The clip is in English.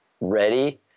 ready